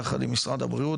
יחד עם משרד הבריאות.